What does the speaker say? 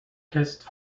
test